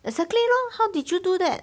exactly lor how did you do that